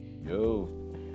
Yo